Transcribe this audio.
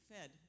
fed